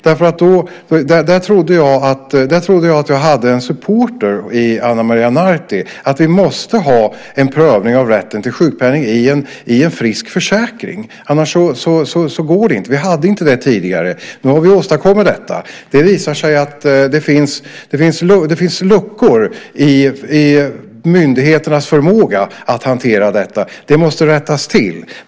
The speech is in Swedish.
Där trodde jag att jag hade en supporter i Ana Maria Narti. Vi måste ha en prövning av rätten till sjukpenning i en frisk försäkring. Annars går det inte. Vi hade inte det tidigare. Nu har vi åstadkommit detta. Det visar sig att det finns luckor i myndigheternas förmåga att hantera detta. Det måste rättas till.